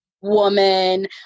woman